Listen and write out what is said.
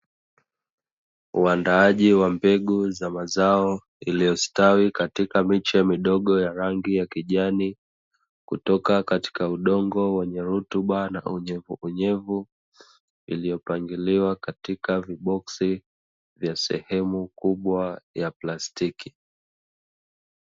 Uandaaji wa megu za mazao iliyostawi katika miche midogo ya rangi ya kijani, kutoka katika udongo wenye rutuba na unyevunyevu iliyopangiliwa katika viboksi, vya sehemu kubwa ya plastiki.